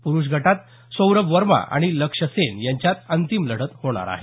प्रुष गटात सौरभ वर्मा आणि लक्ष्य सेन यांच्यात अंतिम लढत होणार आहे